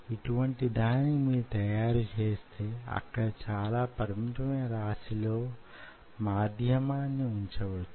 ఇటువంటి దానిని మీరు తయారు చేస్తే అక్కడ చాలా పరిమితమైన రాశిలో మాధ్యమాన్ని వుంచవచ్చు